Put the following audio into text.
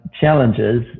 challenges